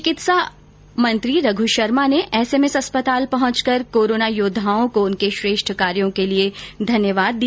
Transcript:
चिकित्सा मंत्री रघु शर्मा ने एसएमएस अस्पताल पहुंचकर कोरोना योद्वाओं को उनके श्रेष्ठ कार्यो के लिए धन्यवाद दिया